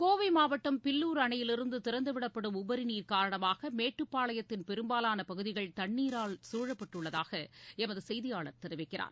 கோவை மாவட்டம் பில்லூர் அணையிலிருந்து திறந்துவிடப்படும் உபரி நீர் காரணமாக மேட்டுப்பாளையத்தின் பெரும்பாவான பகுதிகள் தண்ணீரால் சூழப்பட்டுள்ளதாக எமது செய்தியாளர் தெரிவிக்கிறார்